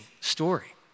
story